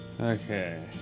Okay